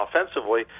offensively